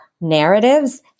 narratives